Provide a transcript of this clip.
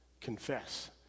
Confess